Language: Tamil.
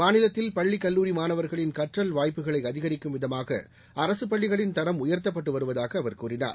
மாநிலத்தில் பள்ளிக் கல்லூரி மாணவர்களின் கற்றல் வாய்ப்புகளை அதிகரிக்கும் விதமாக அரசுப்பள்ளிகளின் தரம் உயர்த்தப்பட்டு வருவதாக அவர் கூறினார்